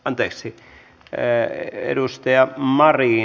anteeksi te edustaja marie